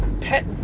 Pet